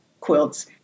quilts